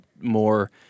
more